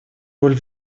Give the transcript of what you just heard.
роль